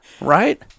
Right